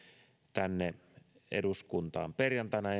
tänne eduskuntaan perjantaina